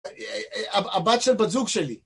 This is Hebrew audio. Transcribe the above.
הבת של בת זוג שלי